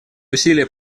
усилия